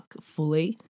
fully